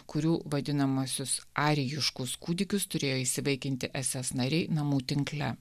kurių vadinamuosius arijiškus kūdikius turėjo įsivaikinti eses nariai namų tinkle